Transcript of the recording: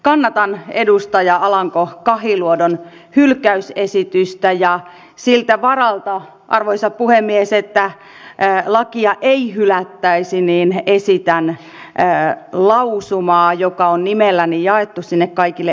kannatan edustaja alanko kahiluodon hylkäysesitystä ja siltä varalta arvoisa puhemies että lakia ei hylättäisi esitän lausumaa joka on nimelläni jaettu sinne kaikille edustajille